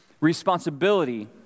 responsibility